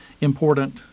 important